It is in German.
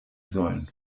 sollen